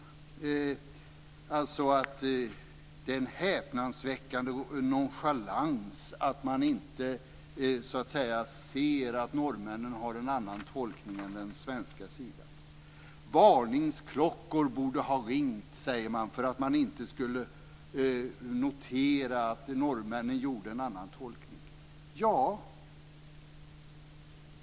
Man säger att det är en häpnadsväckande nonchalans att man inte ser att norrmännen har en annan tolkning än svenskarna. Varningsklockor borde ha ringt, säger man, för att man inte skulle notera att norrmännen gjorde en annan tolkning.